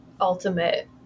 ultimate